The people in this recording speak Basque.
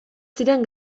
ziren